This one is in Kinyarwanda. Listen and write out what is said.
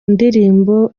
ndirimbo